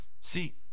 See